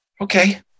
Okay